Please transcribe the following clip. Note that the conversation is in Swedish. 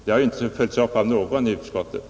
Det har inte följts upp av någon i utskottet.